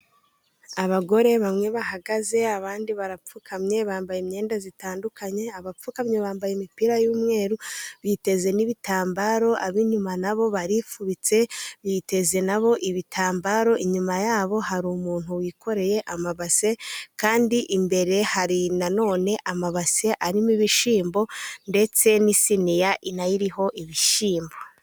Abagore bamwe bahagaze abandi barapfukamye bambaye imyenda itandukanye, abapfukamye bambaye imipira y'umweru biteze n'ibitambaro, ab'inyuma nabo barifubitse biteze nabo ibitambaro. Inyuma yabo hari umuntu wikoreye amabase kandi imbere hari nanone amabase arimo ibishyimbo ndetse n'isiniya nayo iriho ibishyimbo.